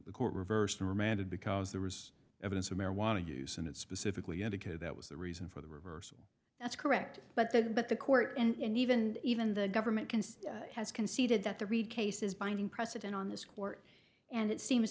the court reversed and remanded because there was evidence of marijuana use and it specifically indicated that was the reason for the reversal that's correct but the but the court and even even the government can has conceded that the read case is binding precedent on this court and it seems